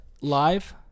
live